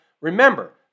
remember